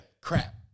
Crap